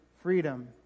freedom